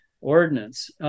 ordinance